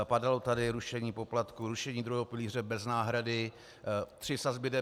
Padalo tady rušení poplatků, rušení druhého pilíře bez náhrady, tři sazby DPH.